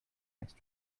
next